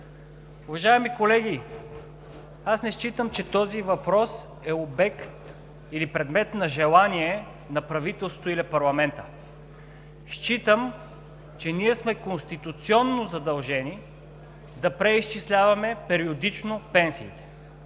Уважаеми колеги, не считам, че този въпрос е обект или предмет на желание на правителството или парламента. Считам, че ние сме конституционно задължени да преизчисляваме периодично пенсиите.